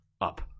up